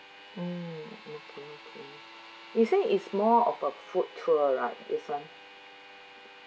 mm okay okay is it is more of a food tour right this one